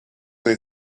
they